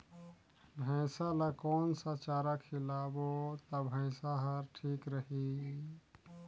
भैसा ला कोन सा चारा खिलाबो ता भैंसा हर ठीक रही?